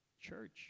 church